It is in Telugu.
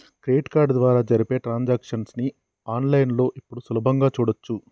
క్రెడిట్ కార్డు ద్వారా జరిపే ట్రాన్సాక్షన్స్ ని ఆన్ లైన్ లో ఇప్పుడు సులభంగా చూడచ్చు